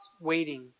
waiting